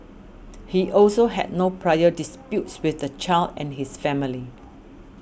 he also had no prior disputes with the child and his family